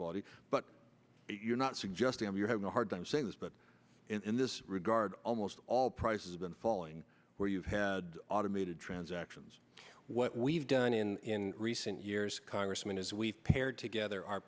quality but you're not suggesting if you're having a hard time say this but in this regard almost all prices been falling where you had automated transactions what we've done in recent years congressman is we paired together our